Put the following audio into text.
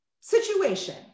situation